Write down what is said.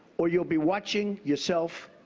or you'll be watching yourself